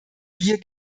wir